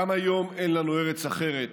גם היום אין לנו ארץ אחרת